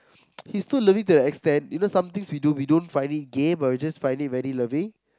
he's too lovey to an extent you know some thing we do we don't find it gay but we just find it very loving